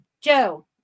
Joe